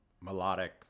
melodic